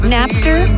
Napster